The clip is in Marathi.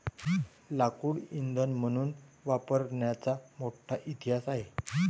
लाकूड इंधन म्हणून वापरण्याचा मोठा इतिहास आहे